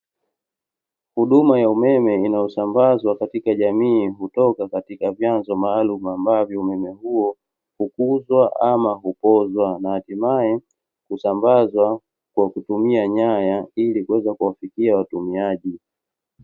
Huduma ya umeme inayosambazwa katika jamii, hutoka katika vyanzo maalumu ambapo umeme huo hukuzwa ama hupozwa. Na hatimaye husambazwa kwa kutumia nyaya ili kuweza kuwafikia watumiaji.